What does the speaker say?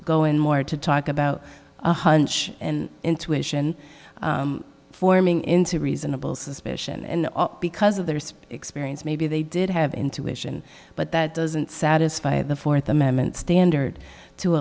go in more to talk about a hunch and intuition forming into reasonable suspicion and because of there's experience maybe they did have intuition but that doesn't satisfy the fourth amendment standard to